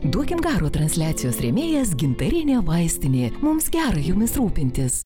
duokim garo transliacijos rėmėjas gintarinė vaistinė mums gera jumis rūpintis